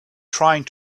trying